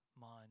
mind